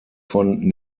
von